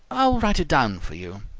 i'll write it down for you.